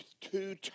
two